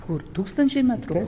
kur tūkstančiai metrų